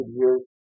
years